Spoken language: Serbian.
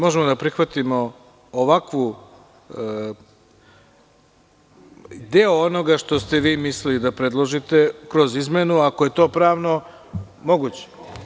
Mi možemo da prihvatimo deo onoga što ste vi mislili da predložite kroz izmenu, ako je to pravno moguće.